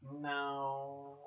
No